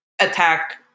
attack